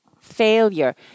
failure